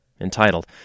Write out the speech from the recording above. entitled